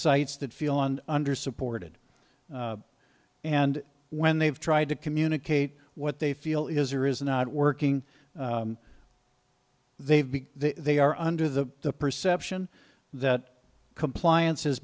sites that feel and under supported and when they've tried to communicate what they feel is or is not working they've been they are under the perception that compliance has